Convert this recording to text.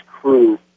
crew